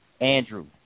Andrew